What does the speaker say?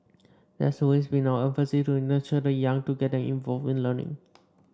that's always been our emphasis to nurture the young to get them involved in learning